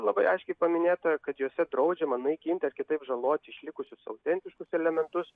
labai aiškiai paminėta kad juose draudžiama naikinti ar kitaip žaloti išlikusius autentiškus elementus